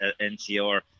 NCR